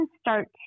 start